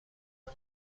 کنم